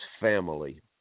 family